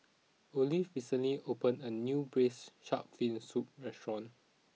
Olaf recently opened a new Braised Shark Fin Soup restaurant